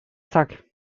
zack